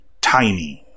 tiny